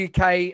UK